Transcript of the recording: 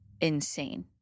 insane